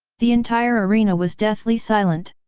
the entire arena was deathly silent.